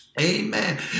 Amen